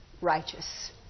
righteous